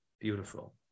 Beautiful